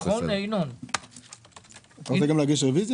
אולי רוויזיה?